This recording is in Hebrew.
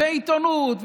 ועיתונות,